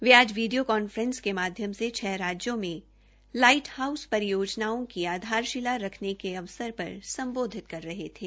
वे आज video conference के मायम से छ राज्यों में लाईट हाउस परियोजना की आधारशिला रखने के अवसर पर सम्बोधित कर रहे थे